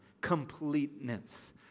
completeness